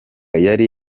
yari